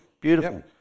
Beautiful